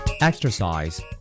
Exercise